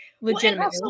legitimately